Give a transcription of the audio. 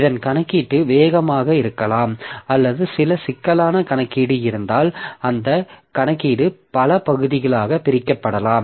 இதுதான் கணக்கீட்டு வேகமாக இருக்கலாம் அல்லது சில சிக்கலான கணக்கீடு இருந்தால் அந்த கணக்கீடு பல பகுதிகளாக பிரிக்கப்படலாம்